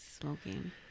smoking